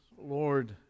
Lord